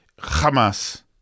Hamas